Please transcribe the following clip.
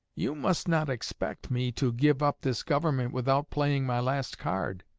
you must not expect me to give up this government without playing my last card.